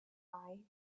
eye